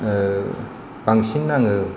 बांसिन आङो